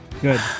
Good